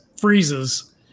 freezes